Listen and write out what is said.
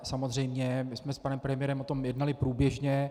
Samozřejmě my jsme s panem premiérem o tom jednali průběžně.